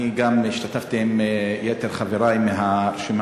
גם אני השתתפתי עם יתר חברי מהרשימה